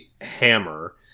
hammer